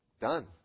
done